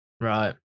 Right